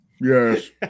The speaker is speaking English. Yes